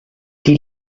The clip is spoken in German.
die